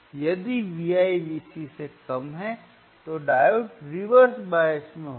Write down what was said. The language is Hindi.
यदि Vi Vc से कम है तो डायोड रिवर्स बायस में होगा